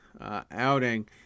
outing